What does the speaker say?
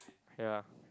ya